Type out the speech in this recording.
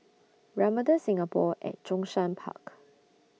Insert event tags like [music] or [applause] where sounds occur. [noise] Ramada Singapore At Zhongshan Park